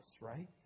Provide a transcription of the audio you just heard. right